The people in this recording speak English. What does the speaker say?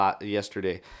yesterday